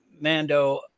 Mando